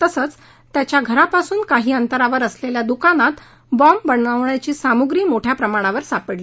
तसंच त्याच्या घरापासून काही अंतरावर असलेल्या दुकानात बॉम्ब बनवण्याची सामूग्री मोठ्या प्रमाणात सापडली